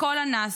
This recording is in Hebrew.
לכל אנס,